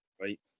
Right